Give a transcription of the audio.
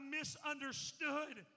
misunderstood